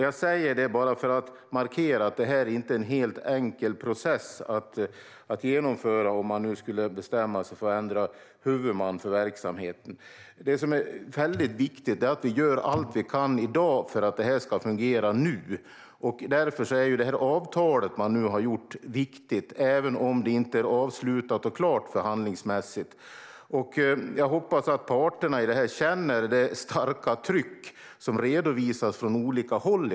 Jag säger så för att markera att detta inte är en helt enkel process att genomföra om man skulle bestämma sig för att ändra huvudman för verksamheten. Det viktiga är att vi gör allt vi kan i dag för att verksamheten ska fungera nu . Därför är avtalet som har ingåtts viktigt även om det inte är avslutat och klart förhandlingsmässigt. Jag hoppas att parterna känner det starka tryck som redovisas från olika håll.